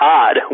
odd